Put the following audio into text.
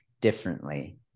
differently